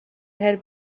had